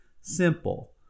simple